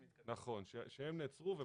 שנעצרו,